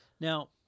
Now